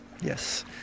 Yes